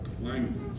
language